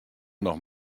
noch